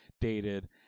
dated